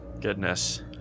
Goodness